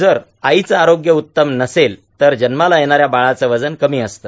जर आईचं आरोग्य उत्तम नसेल तर जन्माला येणाऱ्या बाळाचं वजन कमी असते